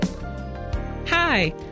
Hi